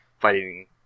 fighting